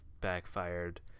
backfired